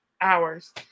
hours